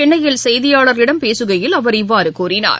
சென்னையில் செய்தியாளர்களிடம் பேசுகையில் அவர் இவ்வாறுகூறினார்